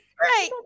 Right